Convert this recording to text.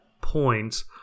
points